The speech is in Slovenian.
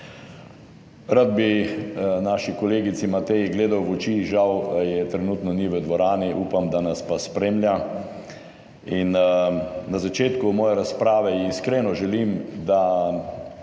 Rad bi naši kolegici Mateji gledal v oči, žal je trenutno ni v dvorani, upam da nas pa spremlja, in na začetku moje razprave iskreno želim, da